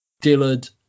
Dillard